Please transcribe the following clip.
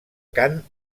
cant